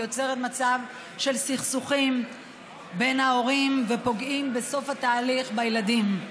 יוצרת מצב של סכסוכים בין ההורים ופוגעת בסוף התהליך בילדים.